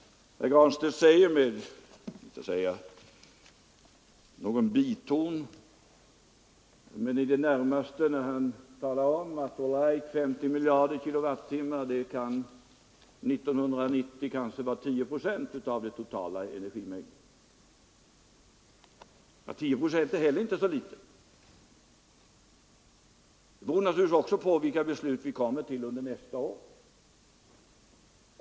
Herr Granstedt säger — jag tyckte nästan att jag uppfattade en biton av ironi — att 50 miljoner kilowattimmar år 1990 kanske utgör 10 procent av den totala energimängden. 10 procent är inte heller så litet. Det beror naturligtvis också på vilka beslut vi kommer att fatta under nästa år.